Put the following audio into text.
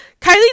kylie